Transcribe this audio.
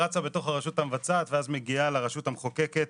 רצה בתוך הרשות המבצעת ואז מגיעה לרשות המחוקקת